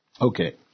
Okay